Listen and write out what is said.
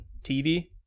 TV